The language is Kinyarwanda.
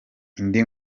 indi